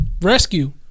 rescue